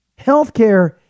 Healthcare